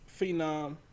Phenom